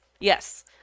yes